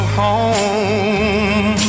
home